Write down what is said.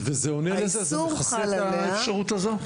זה מכסה את האפשרות הזו?